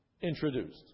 introduced